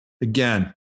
again